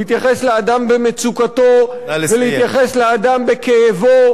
להתייחס לאדם במצוקתו ולהתייחס לאדם בכאבו,